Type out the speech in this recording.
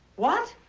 what?